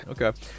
okay